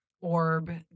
orb